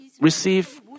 receive